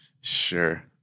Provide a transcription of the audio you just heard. Sure